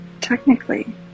technically